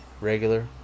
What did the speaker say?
regular